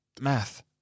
math